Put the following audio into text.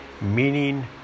meaning